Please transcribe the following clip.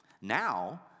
Now